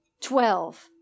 Twelve